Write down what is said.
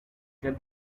get